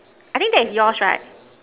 I think that is yours right